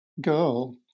girl